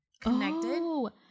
connected